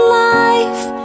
life